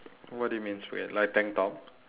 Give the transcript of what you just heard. what do you mean spaghe~ like tank top